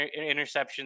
interceptions